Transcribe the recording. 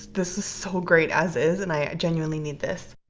this is so great as is and i genuinely need this